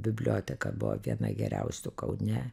biblioteka buvo viena geriausių kaune